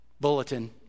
bulletin